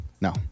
No